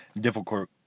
difficult